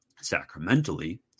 sacramentally